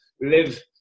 live